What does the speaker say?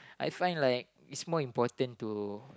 I find like it's more important to